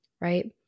right